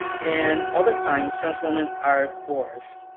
and oftentimes, trans women are coerced.